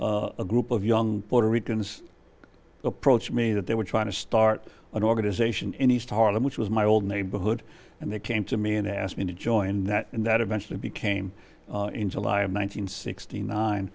a group of young puerto ricans approached me that they were trying to start an organization in east harlem which was my old neighborhood and they came to me and asked me to join and that eventually became in july of one nine hundred sixty nine